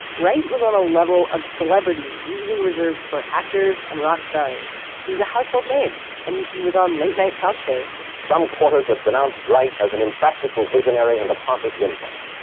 wright was on a level of celebrity usually reserved for actors and rock stars. he was a household name and he was on late-night talk shows some quarters have denounced wright as an impractical visionary and a pompous windbag.